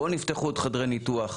פה נפתחו עוד חדרי ניתוח.